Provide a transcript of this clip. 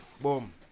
Boom